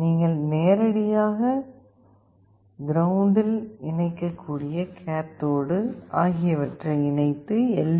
நீங்கள் நேரடியாக கிரவுண்டில் இணைக்கக்கூடிய கேத்தோடு ஆகியவற்றை இணைத்து எல்